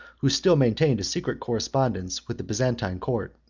who still maintained a secret correspondence with the byzantine court.